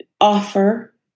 offer